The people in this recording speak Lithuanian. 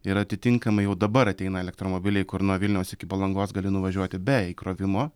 ir atitinkamai jau dabar ateina elektromobiliai kur nuo vilniaus iki palangos gali nuvažiuoti be įkrovimo